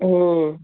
ಹ್ಞೂ